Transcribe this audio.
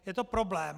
Je to problém.